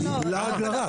היא לעג לרש.